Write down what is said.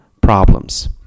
problems